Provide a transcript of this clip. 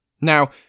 Now